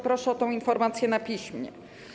Proszę o tę informację na piśmie.